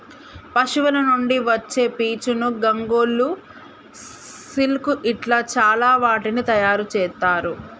పశువుల నుండి వచ్చే పీచును గొంగళ్ళు సిల్క్ ఇట్లా చాల వాటిని తయారు చెత్తారు